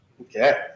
Okay